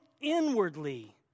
inwardly